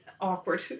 awkward